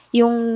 yung